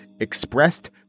Expressed